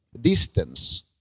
distance